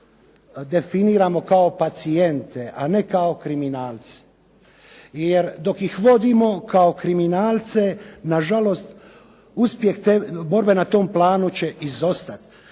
drogama definiramo kao pacijente a ne kao kriminalce jer dok ih vodimo kao kriminalce nažalost uspjeh te borbe na tom planu će izostati